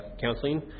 counseling